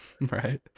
Right